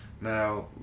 now